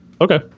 Okay